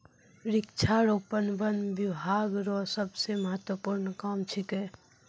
वृक्षारोपण वन बिभाग रो सबसे महत्वपूर्ण काम छिकै